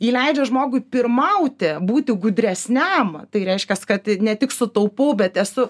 ji leidžia žmogui pirmauti būti gudresniam tai reiškias kad ne tik sutaupau bet esu